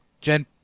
Jen